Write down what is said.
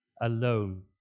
alone